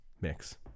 mix